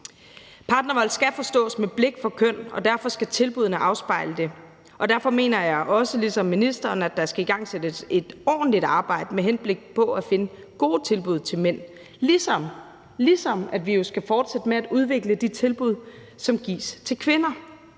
Partnervold skal forstås med blik for køn, og derfor skal tilbuddene afspejle det. Derfor mener jeg også ligesom ministeren, at der skal igangsættes et ordentligt arbejde med henblik på at finde gode tilbud til mænd, ligesom vi jo skal fortsætte med at udvikle de tilbud, som gives til kvinder.